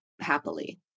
happily